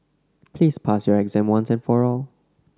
please pass your exam once and for all